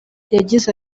yagize